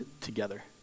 together